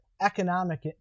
economic